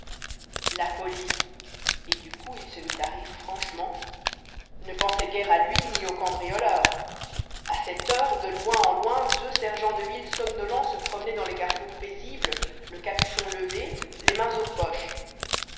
franchement ne pensait guère à lui ni aux cambrioleurs à cette heure de loin en loin deux sergents de ville somnolents se promenaient dans les carrefours paisibles le capuchon levé les mains aux poches